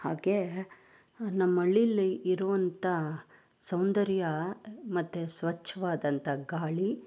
ಹಾಗೇ ನಮ್ಮ ಹಳ್ಳಿಲಿ ಇರುವಂಥ ಸೌಂದರ್ಯ ಮತ್ತು ಸ್ವಚ್ಛವಾದಂತಹ ಗಾಳಿ